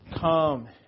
come